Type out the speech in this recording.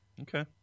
Okay